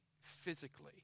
physically